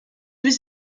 was